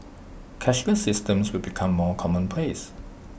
cashless systems will become more commonplace